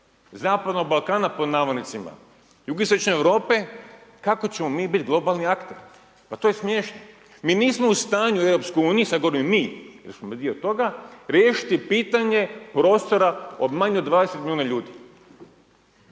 Zapadnog Balkana pod navodnicima jugoistočne Europe kako ćemo mi biti globalni akteri, pa to je smiješno mi nismo u stanju u EU sad govorim mi, jer smo mi dio toga riješiti pitanje prostora od manje od 20 milijuna ljudi.